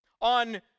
on